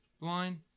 line